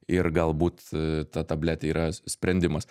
ir galbūt a ta tabletė yra s sprendimas